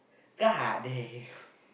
god damn